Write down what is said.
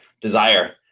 desire